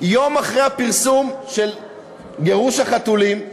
יום אחרי הפרסום של גירוש החתולים,